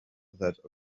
that